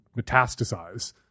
metastasize